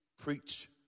preach